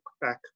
back